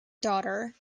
daughter